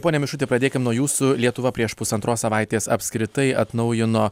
pone mišuti pradėkim nuo jūsų lietuva prieš pusantros savaitės apskritai atnaujino